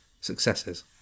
successes